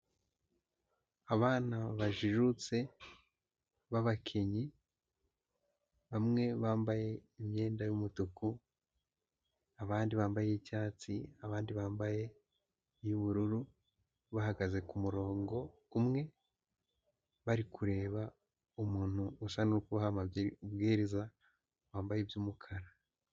Abana bajijutse b'abakinnyi, bamwe bambaye imyenda y'umutuku, abandi bambaye icyatsi, abandi bambaye iy'ubururu, bahagaze ku murongo umwe, bari kureba umuntu usa n'uri kubaha amabwiriza, wambaye iby'umukara.